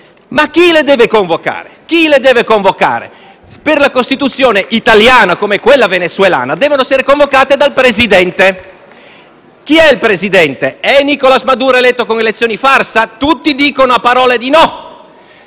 dal Gruppo FI-BP)*. Per la Costituzione italiana, come quella venezuelana, devono essere convocate dal Presidente. Chi è il Presidente? È Nicolás Maduro, eletto con elezioni farsa? Tutti dicono a parole di no,